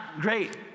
great